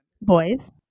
Boys